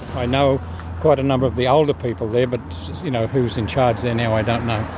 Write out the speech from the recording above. i know quite a number of the older people there, but you know who's in charge there now, i don't know.